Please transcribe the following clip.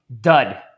dud